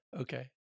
okay